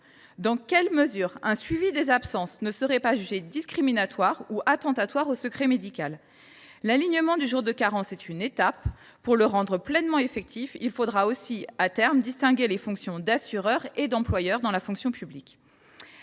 Dans quelle mesure un suivi des absences ne serait il pas jugé discriminatoire ou attentatoire au secret médical ? L’alignement du jour de carence est une étape. Pour le rendre pleinement effectif, il faudra aussi, à terme, distinguer les fonctions d’assureur et d’employeur dans la fonction publique.